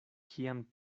kiam